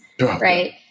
right